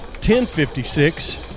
10.56